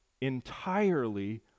entirely